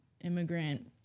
immigrant